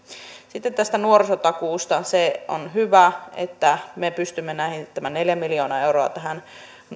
sitten tästä nuorisotakuusta on hyvä että me pystymme tämän neljä miljoonaa euroa tähän